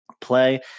play